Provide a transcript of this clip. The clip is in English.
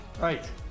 Right